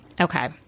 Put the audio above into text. Okay